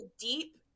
deep